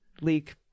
Leak